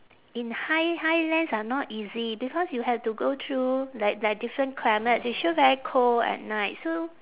in high~ highlands are not easy because you have to go through like like different climates you sure very cold at night so